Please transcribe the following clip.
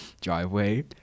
driveway